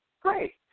great